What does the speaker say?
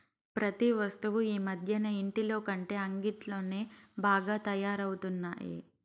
ప్రతి వస్తువు ఈ మధ్యన ఇంటిలోకంటే అంగిట్లోనే బాగా తయారవుతున్నాయి